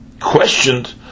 questioned